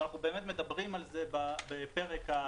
אנחנו מדברים על זה בפרק בתוכנית.